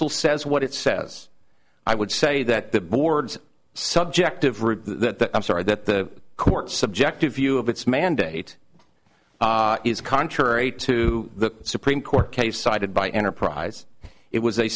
still says what it says i would say that the board's subjective or the i'm sorry that the court subjective view of its mandate is contrary to the supreme court case cited by enterprise it was a